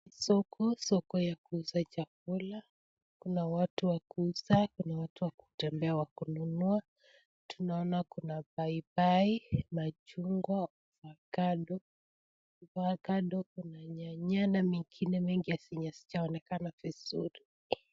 Soko, soko ya kuuza chakula kuna watu wa kuuza kuna watu wa kutembea wa kununua. Tunaona kuna mabaibai, machungwa, avocado, avocado kuna nyanya na mengine mengi yenye hasijaonekana vizuri.